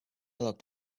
locked